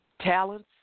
talents